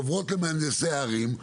עוברות למהנדסי הערים,